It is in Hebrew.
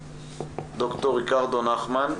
ד"ר ריקרדו נחמן.